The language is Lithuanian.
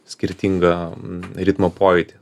skirtingą ritmo pojūtį